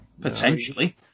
potentially